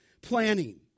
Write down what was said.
planning